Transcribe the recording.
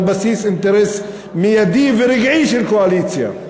בסיס אינטרס מיידי ורגעי של קואליציה.